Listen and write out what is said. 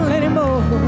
anymore